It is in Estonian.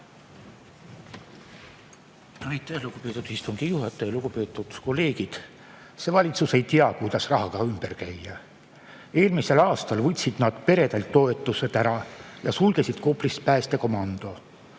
Aitäh, lugupeetud istungi juhataja! Lugupeetud kolleegid! Valitsus ei tea, kuidas rahaga ümber käia. Eelmisel aastal võtsid nad peredelt toetused ära ja sulgesid Koplis päästekomando.